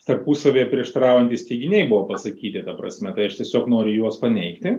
tarpusavyje prieštaraujantys teiginiai buvo pasakyti ta prasme tai aš tiesiog noriu juos paneigti